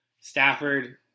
Stafford